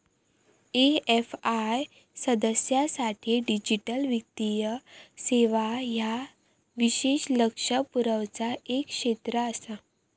AFI सदस्यांसाठी digital वित्तीय सेवा ह्या विशेष लक्ष पुरवचा एक क्षेत्र आसा